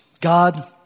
God